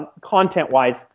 content-wise